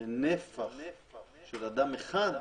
לנפח של אדם אחד,